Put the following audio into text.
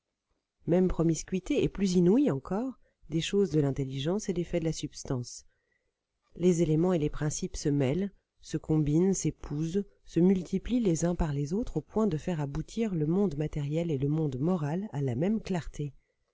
même promiscuité et plus inouïe encore des choses de l'intelligence et des faits de la substance les éléments et les principes se mêlent se combinent s'épousent se multiplient les uns par les autres au point de faire aboutir le monde matériel et le monde moral à la même clarté